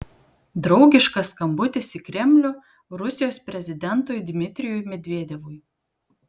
draugiškas skambutis į kremlių rusijos prezidentui dmitrijui medvedevui